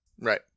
Right